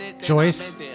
Joyce